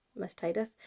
mastitis